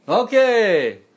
Okay